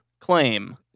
claim